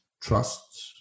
trust